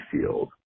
Field